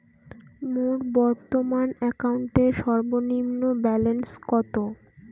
মোর বর্তমান অ্যাকাউন্টের সর্বনিম্ন ব্যালেন্স কত?